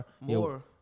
more